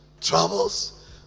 troubles